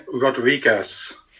Rodriguez